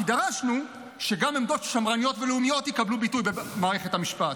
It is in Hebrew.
כי דרשנו שגם עמדות שמרניות ולאומיות יקבלו ביטוי במערכת המשפט.